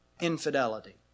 infidelity